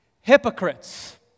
hypocrites